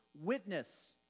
witness